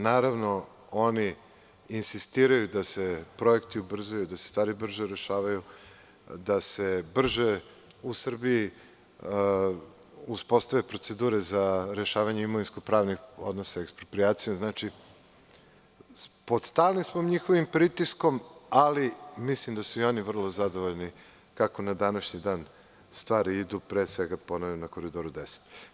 Naravno, oni insistiraju da se projekti ubrzaju, da se stvari brže rešavaju, da se brže u Srbiji uspostave procedure za rešavanje imovinsko-pravnih odnosa eksproprijacijom, znači, pod stalnim smo njihovim pritiskom ali mislim da su i oni vrlo zadovoljni kako na današnji dan stvari idu, pre svega kada je u pitanju Koridor 10.